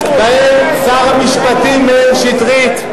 בהם שר המשפטים מאיר שטרית,